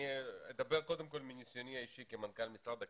אני אדבר קודם כל מניסיוני האישי כמנכ"ל משרד הקליטה.